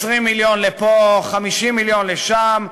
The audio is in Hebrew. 20 מיליון לפה, 50 מיליון לשם.